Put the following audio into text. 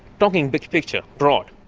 talking big picture, broad,